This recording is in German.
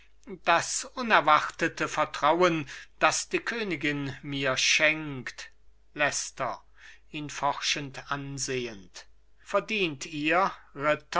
das unerwartete vertrauen das die königin mir schenkt leicester ihn forschend ansehend verdient ihr